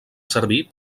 servir